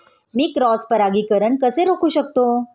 मी cross परागीकरण कसे रोखू शकतो?